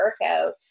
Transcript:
workout